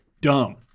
dumb